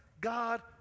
God